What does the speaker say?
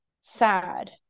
sad